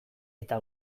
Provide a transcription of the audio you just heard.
eta